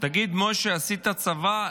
תגיד מוישה, עשית צבא?